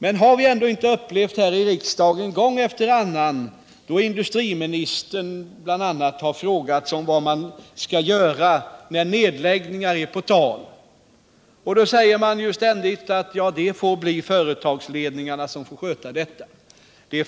Men har vi ändå inte här i riksdagen gång efter annan upplevt att bl.a. industriministern tillfrågats om vad som skall göras när nedläggningar är på tal. Då svarar man ständigt att det blir företagsledningarna som får sköta det.